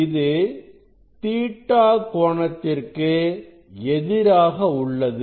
இது Ɵ கோணத்திற்கு எதிராக உள்ளது